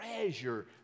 treasure